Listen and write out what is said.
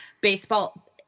baseball